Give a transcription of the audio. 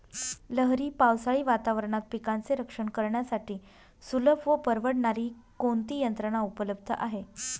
लहरी पावसाळी वातावरणात पिकांचे रक्षण करण्यासाठी सुलभ व परवडणारी कोणती यंत्रणा उपलब्ध आहे?